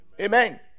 Amen